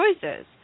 choices